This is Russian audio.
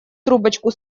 трубочку